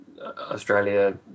Australia